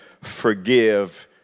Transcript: forgive